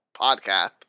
podcast